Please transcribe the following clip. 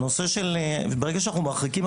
ברגע שאנחנו מרחיקים,